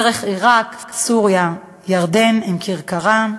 דרך עיראק, סוריה, ירדן, עם כרכרה.